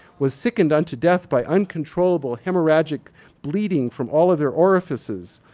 was sickened unto death by uncontrollable hemorrhagic bleeding from all of their orifices,